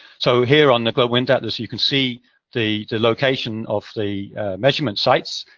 so, here on the global wind atlas, you can see the the location of the measurement sites,